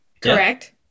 correct